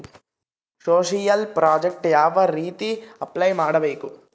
Social project ಯಾವ ರೇತಿ apply ಮಾಡಬೇಕು?